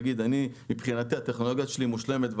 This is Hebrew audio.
ותגיד שהטכנולוגיה שלה מושלמת,